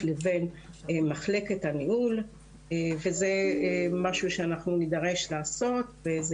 לבין מחלקת הניהול וזה משהו שאנחנו נידרש לעשות וזה